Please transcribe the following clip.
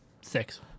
Six